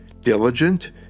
diligent